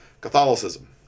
catholicism